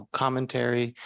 commentary